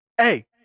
Hey